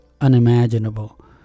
unimaginable